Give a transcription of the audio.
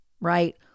right